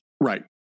Right